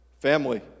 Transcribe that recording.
Family